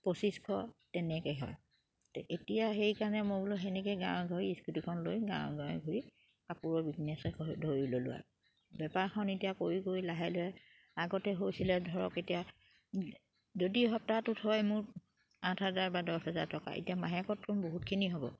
পঁচিছশ তেনেকে হয় এতিয়া সেইকাৰণে মই বোলো সেনেকে গাঁৱৰ স্কুটিখন লৈ গাঁৱৰ গাঁৱে ঘূৰি কাপোৰৰ বিজনেছে ধৰি ল'লোঁ আৰু বেপাৰখন এতিয়া কৰি কৰি লাহে লাহে আগতে হৈছিলে ধৰক এতিয়া যদি সপ্তাহটোত হয় মোৰ আঠ হাজাৰ বা দহ হাজাৰ টকা এতিয়া মাহেকতো বহুতখিনি হ'ব